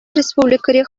республикӑри